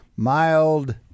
mild